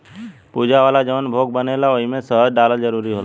पूजा वाला जवन भोग बनेला ओइमे शहद डालल जरूरी होला